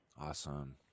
Awesome